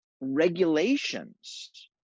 regulations